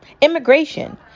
immigration